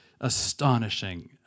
astonishing